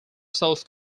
self